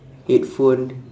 headphone